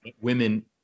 women